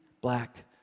black